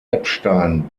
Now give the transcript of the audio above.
eppstein